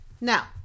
Now